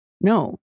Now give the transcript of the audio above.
No